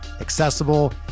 accessible